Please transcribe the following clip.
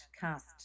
cast